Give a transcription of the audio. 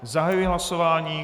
Zahajuji hlasování.